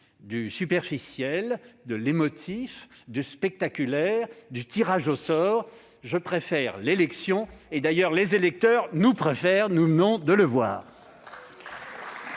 du superficiel, de l'émotif, du spectaculaire et du tirage au sort. Je préfère l'élection et, d'ailleurs, les électeurs nous préfèrent- nous venons de le voir.